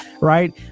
right